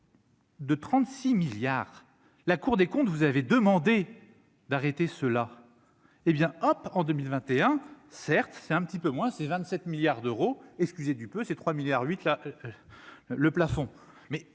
De 36 milliards la Cour des comptes, vous avez demandé d'arrêter cela, hé bien hop en 2021, certes, c'est un petit peu moins c'est 27 milliards d'euros, excusez du peu, c'est 3 milliards huit là le plafond, mais